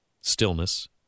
Stillness